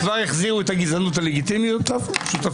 --- כבר החזירו את הגזענות הלגיטימית שותפיך.